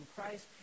Christ